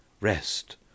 rest